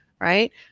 right